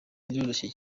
biroroshye